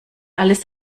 alles